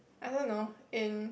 I don't know in